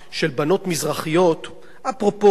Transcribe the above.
אפרופו סיפור עמנואל וסיפורים אחרים,